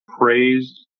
praised